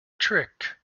trick